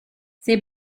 sei